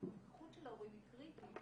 הנוכחות של ההורים היא קריטית.